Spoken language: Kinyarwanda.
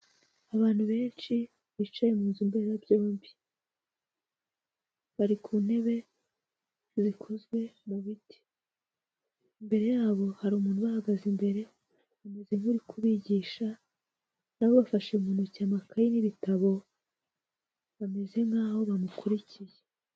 Abantu benshi bicaye mu nzu mberabyombi. Bari ku ntebe zikozwe mu biti. Imbere yabo hari umuntu ubahagaze imbere, ameze nk'uri kubigisha, na bo bafashe mu ntoki amakayi n'ibitabo, bameze nkaho bamukurikiye.